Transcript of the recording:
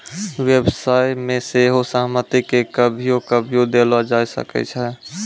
व्यवसाय मे सेहो सहमति के कभियो कभियो देलो जाय सकै छै